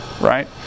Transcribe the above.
right